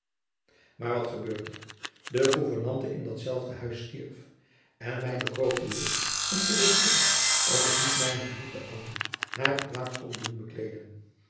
maar wat gebeurt er de gouvernante in datzelfde huis stierf en mij bekroop de lust om te beproeven of ik niet mijne geliefde anna hare plaats kon doen bekleeden